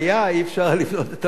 אי-אפשר היה לבנות את הבית,